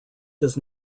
does